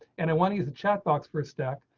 and i want to use the chat box for a sec.